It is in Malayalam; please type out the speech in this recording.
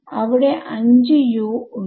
അവിടെ 5 Us ഉണ്ട്